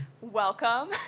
Welcome